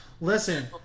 listen